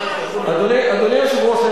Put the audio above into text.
אדוני היושב-ראש,